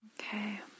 Okay